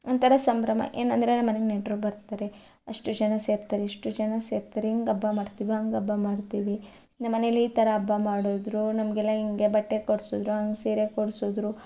ಒಂಥರ ಸಂಭ್ರಮ ಏನೆಂದ್ರೆ ನಮ್ಮ ಮನೆಗೆ ನೆಂಟರು ಬರ್ತಾರೆ ಅಷ್ಟು ಜನ ಸೇರ್ತಾರೆ ಇಷ್ಟು ಜನ ಸೇರ್ತಾರೆ ಹಿಂಗೆ ಹಬ್ಬ ಮಾಡ್ತೀವಿ ಹಂಗೆ ಹಬ್ಬ ಮಾಡ್ತೀವಿ ನಮ್ಮ ಮನೆಯಲ್ಲಿ ಈ ಥರ ಹಬ್ಬ ಮಾಡಿದ್ರು ನಮಗೆಲ್ಲ ಹಿಂಗೆ ಬಟ್ಟೆ ಕೊಡ್ಸಿದ್ರು ಹಂಗೆ ಸೀರೆ ಕೊಡ್ಸಿದ್ರು